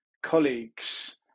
colleagues